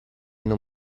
non